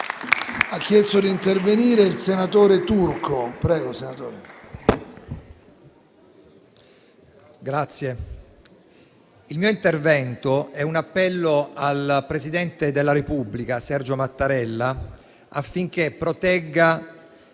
il mio intervento è un appello al presidente della Repubblica Sergio Mattarella affinché protegga